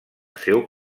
seu